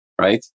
right